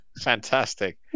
Fantastic